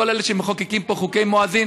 כל אלה שמחוקקים פה חוקי מואזין,